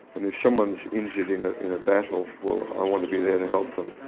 and if someone is injured in a battle, well, i want to be there to help them.